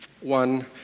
One